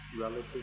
Relative